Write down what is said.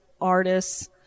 artists